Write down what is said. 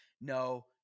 no